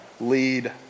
lead